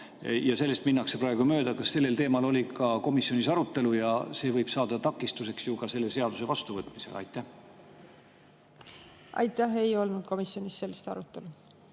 sellest minnakse praegu mööda. Kas sellel teemal oli ka komisjonis arutelu? See võib ju saada takistuseks selle seaduse vastuvõtmisel. Aitäh! Ei olnud komisjonis sellist arutelu.